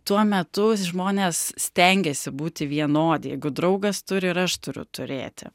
tuo metu žmonės stengėsi būti vienodi jeigu draugas turi ir aš turiu turėti